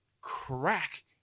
crack